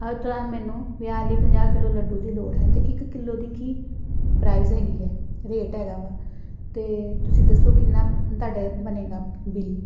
ਮੈਨੂੰ ਵਿਆਹ ਲਈ ਪੰਜਾਹ ਕਿੱਲੋ ਲੱਡੂ ਦੀ ਲੋੜ ਹੈ ਅਤੇ ਇੱਕ ਕਿੱਲੋ ਦੀ ਕੀ ਪ੍ਰਾਈਜ ਹੈਗੀ ਹੈ ਰੇਟ ਹੈਗਾ ਵਾ ਅਤੇ ਤੁਸੀਂ ਦੱਸੋ ਕਿੰਨਾ ਤੁਹਾਡੇ ਬਣੇਗਾ ਬਿਲ